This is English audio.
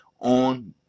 on